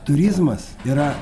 turizmas yra